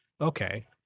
Okay